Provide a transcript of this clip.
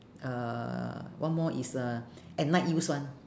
uh one more is uh at night use [one]